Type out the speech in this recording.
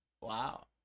Wow